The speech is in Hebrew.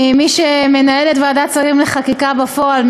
ממי שמנהל את ועדת שרים לחקיקה בפועל,